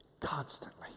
constantly